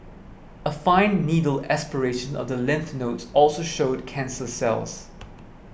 a fine needle aspiration of the lymph nodes also showed cancer cells